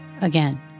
again